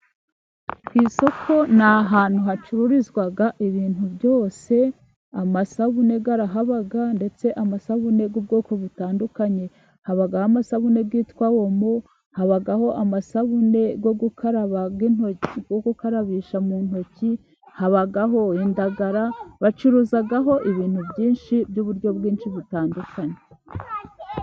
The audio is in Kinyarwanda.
Ku isoko ni ahantu hacururizwa ibintu byose. Amasabune arahaba, ndetse amasabune y'ubwoko butandukanye. Haba amasabune yitwa omo, habaho amasabune yo gukarabaga intoki, gukarabisha mu ntoki, habaho indagara, bacuruzaho ibintu byinshi by'uburyo bwinshi butandukanye.